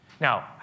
Now